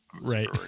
Right